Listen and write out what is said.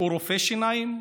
הוא רופא שיניים.